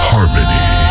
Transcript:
Harmony